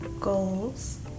goals